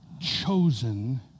chosen